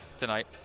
tonight